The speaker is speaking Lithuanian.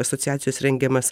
asociacijos rengiamas